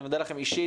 אני מודה לכן אישית.